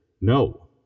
no